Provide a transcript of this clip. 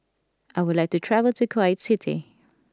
I would like to travel to Kuwait City